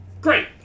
Great